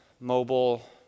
mobile